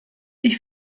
ich